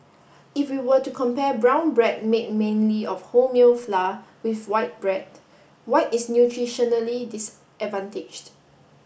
if we were to compare brown bread made mainly of wholemeal flour with white bread white is nutritionally disadvantaged